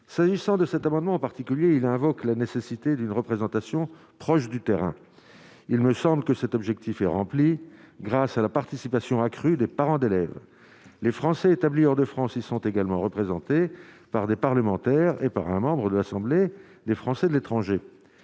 s'agissant de cet amendement en particulier, il invoque la nécessité d'une représentation proche du terrain, il me semble que cet objectif est rempli, grâce à la participation accrue des parents d'élèves, les Français établis hors de France, ils sont également représentés par des parlementaires et par un membre de l'Assemblée des Français de l'étranger,